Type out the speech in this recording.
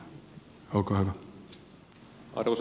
olkaa hyvä